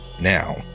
now